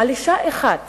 על אשה אחת